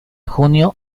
junio